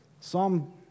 Psalm